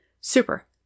Super